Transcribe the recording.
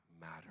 matter